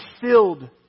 filled